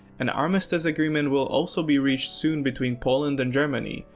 an armistice agreement will also be reached soon between poland and germany.